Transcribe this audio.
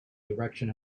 direction